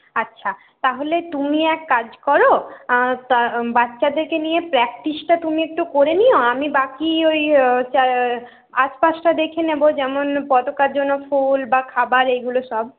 আচ্ছা তাহলে তুমি এক কাজ করো তা বাচ্চাদেরকে নিয়ে প্র্যাকটিসটা তুমি একটু করে নিও আমি বাকি ওই চা আশপাশটা দেখে নেবো যেমন পতাকার জন্য ফুল বা খাবার এইগুলো সব